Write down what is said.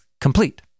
complete